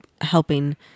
helping